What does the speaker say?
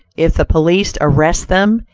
if the police arrest them,